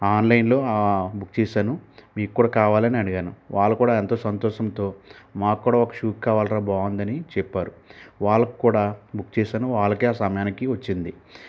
ఆన్లైన్లో బుక్ చేసాను మీకు కూడా కావాలని అడిగాను వాళ్ళు కూడా ఎంతో సంతోషంతో మాకు కూడా ఒక షూ కావాలిరా బాగుందని చెప్పారు వాళ్ళకు కూడా బుక్ చేసాను వాళ్ళకి సమయానికి వచ్చింది